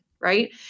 right